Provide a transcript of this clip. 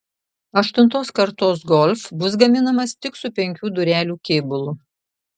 aštuntos kartos golf bus gaminamas tik su penkių durelių kėbulu